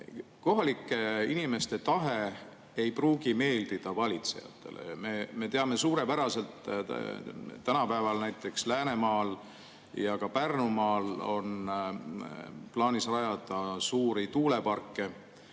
Kohalike inimeste tahe ei pruugi meeldida valitsejatele. Me teame suurepäraselt, et tänapäeval näiteks Läänemaal ja ka Pärnumaal on plaanis rajada suuri tuuleparke,